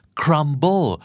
crumble